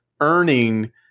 earning